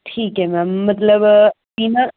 ਠੀਕ ਹੈ ਮੈਮ ਮਤਲਬ ਇਹ ਨਾ